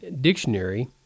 dictionary